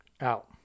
out